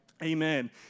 Amen